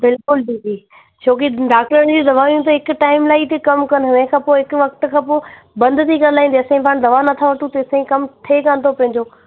बिल्कुलु दीदी छो की डॉक्टरनि जी दवायूं त हिकु टाइम लाइ थी कमु कन उन खां पोइ हिकु वक़्त खां पोइ बंदि थी करे लाइनि जेसताईं पाणि दवा नथा वठूं तेसताईं कमु थिए कान थो पंहिंजो